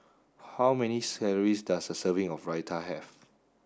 how many calories does a serving of Raita have